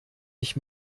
ich